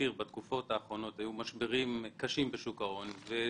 בתקופות האחרונות היו משברים קשים בשוק ההון.